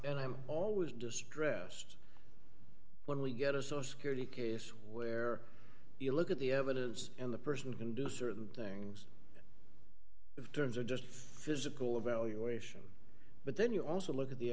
and i'm always distressed when we get a sort of security case where you look at the evidence and the person can do certain things the terms are just physical evaluation but then you also look at the